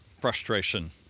Frustration